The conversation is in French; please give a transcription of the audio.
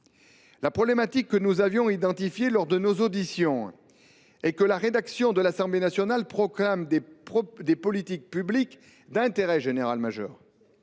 La problématique que nous avons identifiée lors de nos auditions est que la rédaction de l’Assemblée nationale tend à proclamer des politiques publiques d’intérêt général majeur,